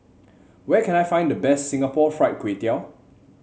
where can I find the best Singapore Fried Kway Tiao